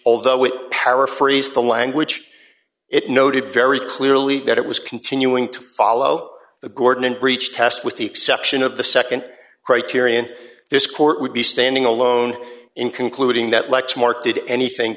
although it paraphrased the language it noted very clearly that it was continuing to follow the gordon in breach test with the exception of the nd criterion this court would be standing alone in concluding that lexmark did anything